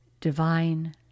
divine